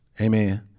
Amen